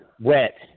wet